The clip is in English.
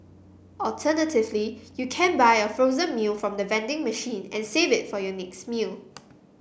alternatively you can buy a frozen meal from the vending machine and save it for your next meal